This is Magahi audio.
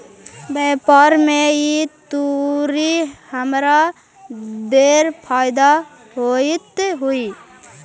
व्यापार में ई तुरी हमरा ढेर फयदा होइत हई